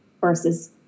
versus